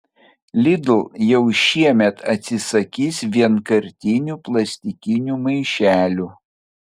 lidl jau šiemet atsisakys vienkartinių plastikinių maišelių